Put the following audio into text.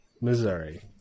Missouri